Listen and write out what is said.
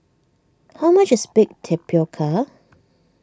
how much is Baked Tapioca